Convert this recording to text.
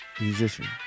Musician